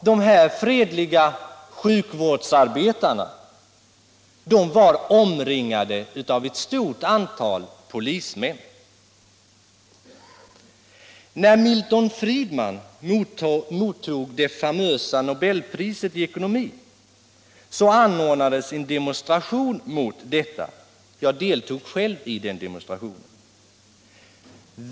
Dessa fredliga sjukvårdsarbetare var omringade av ett stort antal polismän. När Milton Friedman mottog det famösa nobelpriset i ekonomi anordnades en demonstration mot detta — jag deltog själv i den demonstrationen.